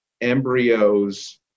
embryos